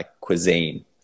cuisine